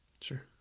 Sure